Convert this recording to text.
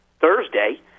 Thursday